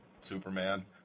Superman